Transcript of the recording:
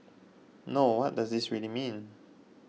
no what does this really mean